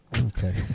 Okay